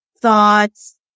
thoughts